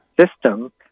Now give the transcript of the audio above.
system